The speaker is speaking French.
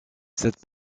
cette